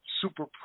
super